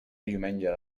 diumenge